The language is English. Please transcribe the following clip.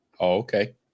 okay